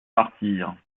martyrs